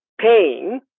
paying